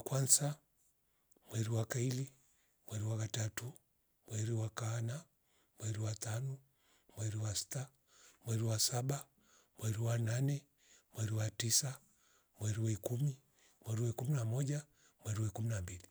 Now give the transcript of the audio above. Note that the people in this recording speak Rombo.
Kwansa, mweru wa kaili, mweru wa katatu, mweru wa kaana, mweru wa tanu, mweru wa sita, mweru wa saba, mweru wa nane, mweru wa tisa, mweru wa ikumi, mweru wa ikumi na moja, mweru wa ikum na mbili